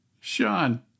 Sean